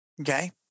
Okay